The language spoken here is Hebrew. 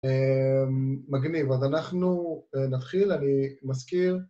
מגניב, אז אנחנו נתחיל, אני מזכיר